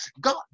God